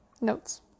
notes